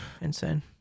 Insane